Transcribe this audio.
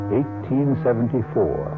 1874